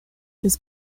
his